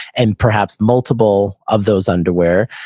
and perhaps multiple of those underwear.